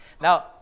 Now